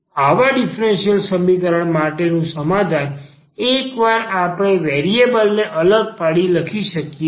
આવા ડીફરન્સીયલ સમીકરણ માટે નું સમાધાન એકવાર આપણે વેરિએબલ ને અલગ પાડીને લખી શકાય છે